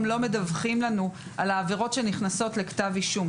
לא מדווחים לנו על העבירות שנכנסות לכתב אישום.